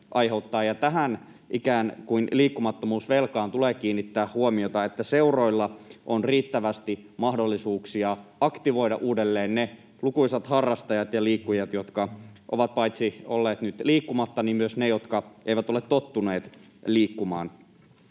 tähän ikään kuin liikkumattomuusvelkaan tulee kiinnittää huomiota, niin että seuroilla on riittävästi mahdollisuuksia aktivoida uudelleen ne lukuisat harrastajat ja liikkujat, jotka ovat olleet nyt liikkumatta, ja ne, jotka eivät ole tottuneet liikkumaan.